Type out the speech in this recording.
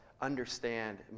understand